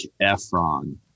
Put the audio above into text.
Efron